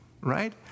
right